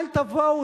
אל תבואו,